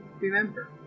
remember